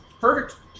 Perfect